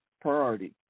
priority